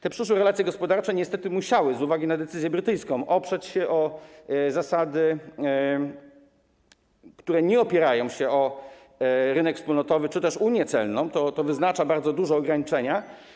Te przyszłe relacje gospodarcze niestety musiały, z uwagi na decyzję brytyjską, być budowane na zasadach, które nie opierają się na rynku wspólnotowym czy też unii celnej, co wyznacza bardzo duże ograniczenia.